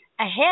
ahead